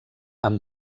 amb